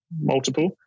multiple